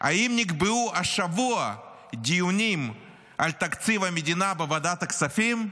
האם נקבעו השבוע דיונים על תקציב המדינה בוועדת הכספים?